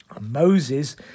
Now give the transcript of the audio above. Moses